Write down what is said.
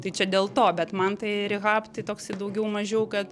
tai čia dėl to bet man tai rehab tai toksai daugiau mažiau kad